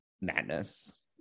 madness